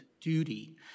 duty